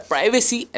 Privacy